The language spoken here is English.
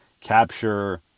capture